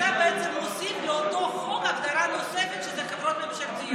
אתה בעצם מוסיף לאותו חוק הגדרה נוספת שזה חברות ממשלתיות.